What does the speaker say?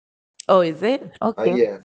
oh is it okay